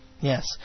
Yes